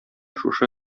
шушы